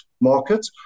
market